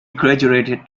graduated